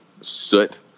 soot